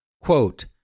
Quote